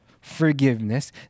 forgiveness